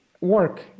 work